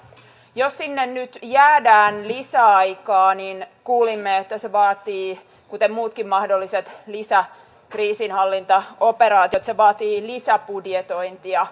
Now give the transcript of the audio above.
jos sinne nyt jäädään lisäajalle niin kuulimme että se kuten muutkin mahdolliset lisäkriisinhallintaoperaatiot vaatii lisäbudjetointia